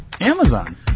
Amazon